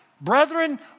brethren